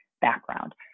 background